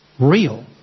real